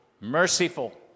Merciful